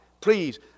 Please